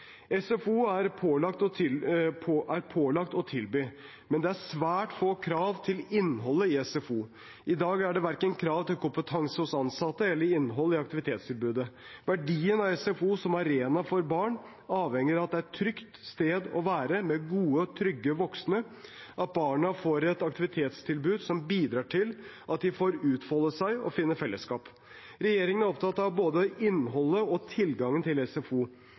SFO er pålagt å tilby, men det er svært få krav til innholdet i SFO. I dag er det verken krav til kompetanse hos de ansatte eller til innholdet i aktivitetstilbudet. Verdien av SFO som arena for barn avhenger av at det er et trygt sted å være, med gode og trygge voksne, og at barna får et aktivitetstilbud som bidrar til at de får utfolde seg og finne fellesskap. Regjeringen er opptatt av både innholdet i og tilgangen til SFO.